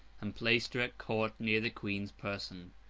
and placed her at court, near the queen's person.